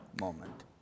moment